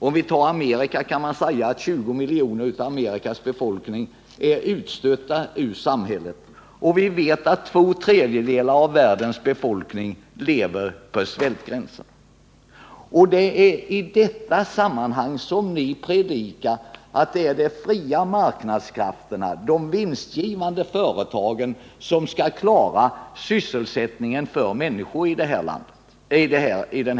Om vi ser på Amerika kan vi konstatera att 20 miljoner av Amerikas befolkning är utstötta ur samhället, och vi vet att två tredjedelar av världens befolkning lever på svältgränsen. Det är i detta sammanhang som ni predikar att det är de fria marknadskrafterna, de vinstgivande företagen som skall klara sysselsättningen för människorna i världen.